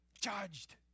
judged